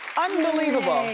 unbelievable.